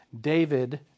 David